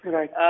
Right